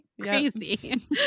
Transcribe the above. crazy